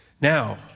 Now